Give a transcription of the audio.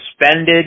suspended